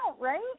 right